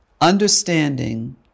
understanding